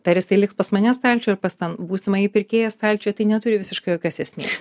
tai ar jisai liks pas mane stalčiuj ar pas tą būsimąjį pirkėją stalčiuje tai neturi visiškai jokios esmės